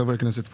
חברי הכנסת פה.